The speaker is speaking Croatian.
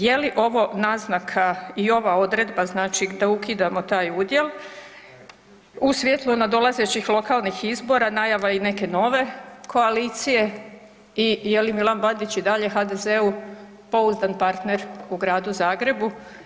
Je li ovo naznaka i ova odredba znači da ukidamo taj udjel u svjetlu nadolazećih lokalnih izbora, najava i neke koalicije i je li Milan Bandić i dalje HDZ-u pouzdan partner u Gradu Zagrebu?